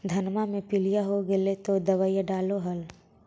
धनमा मे पीलिया हो गेल तो दबैया डालो हल?